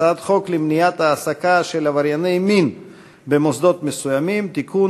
הצעת חוק למניעת העסקה של עברייני מין במוסדות מסוימים (תיקון,